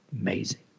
Amazing